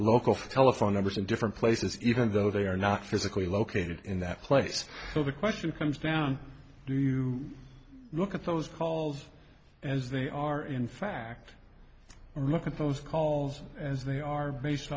local telephone numbers in different places even though they are not physically located in that place so the question comes down do you look at those calls as they are in fact and look at those calls as they are based